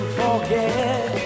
forget